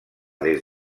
des